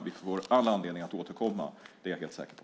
Vi får all anledning att återkomma - det är jag helt säker på.